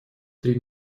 три